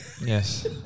yes